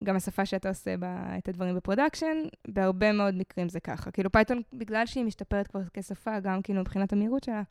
גם השפה שאתה עושה בה את הדברים בפרודקשן, בהרבה מאוד מקרים זה ככה. כאילו פייתון, בגלל שהיא משתפרת כבר כשפה, גם כאילו מבחינת המהירות שלה.